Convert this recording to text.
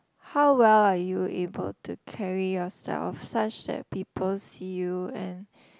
how well are you able to carry yourself such as people see you and